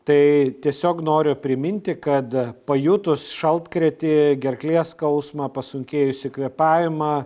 tai tiesiog noriu priminti kad pajutus šaltkrėtį gerklės skausmą pasunkėjusį kvėpavimą